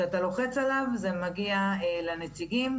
שאתה לוחץ עליו, זה מגיע לנציגים,